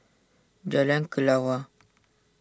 Jalan Kelawar